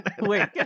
Wait